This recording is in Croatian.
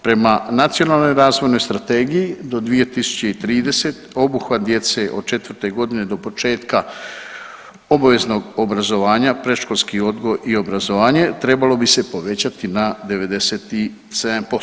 Prema Nacionalnoj razvojnoj strategiji do 2030. obuhvat djece od četvrte godine do početka obaveznog obrazovanja predškolski odgoj i obrazovanje trebalo bi se povećati na 97%